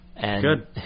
Good